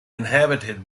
inhabited